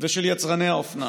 ושל יצרני האופנה.